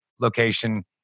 location